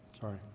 sorry